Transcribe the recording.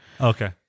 Okay